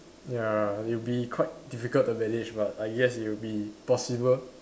ya it'll be quite difficult to manage but I guess it'll be possible